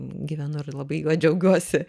gyvenu ir labai juo džiaugiuosi